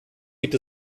gibt